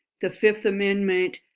the fifth amendment